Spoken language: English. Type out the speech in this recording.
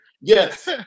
Yes